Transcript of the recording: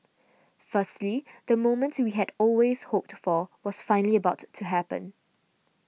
firstly the moment we had always hoped for was finally about to happen